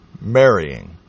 marrying